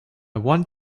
want